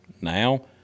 now